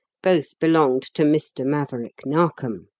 both belonged to mr. maverick narkom.